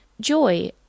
joy